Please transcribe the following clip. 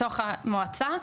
בתוך המועצה,